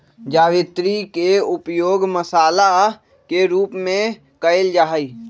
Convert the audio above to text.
जावित्री के उपयोग मसाला के रूप में कइल जाहई